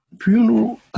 funeral